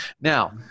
Now